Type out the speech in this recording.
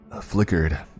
Flickered